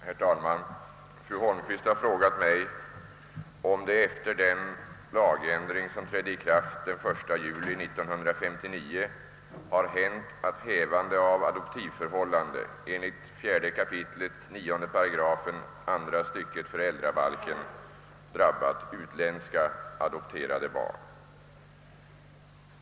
Herr talman! Fru Holmqvist har frågat mig, om det efter den lagändring som trädde i kraft den 1 juli 1959 har hänt att hävande av adoptivförhållande enligt 4 kap. 9 § andra stycket föräldrabalken drabbat utländska adopterade barn.